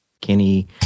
Kenny